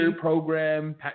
program